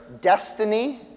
destiny